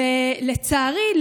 לצערי,